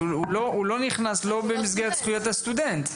הוא לא נכנס במסגרת זכויות הסטודנט.